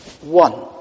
One